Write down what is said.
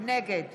נגד